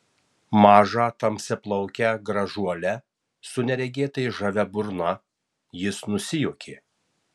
mažą tamsiaplaukę gražuolę su neregėtai žavia burna jis nusijuokė